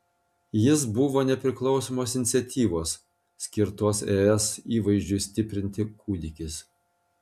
jis buvo nepriklausomos iniciatyvos skirtos es įvaizdžiui stiprinti kūdikis